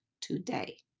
today